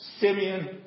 Simeon